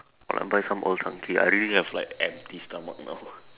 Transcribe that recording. or like buying some old chang-kee I really have like empty stomach now